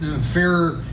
fair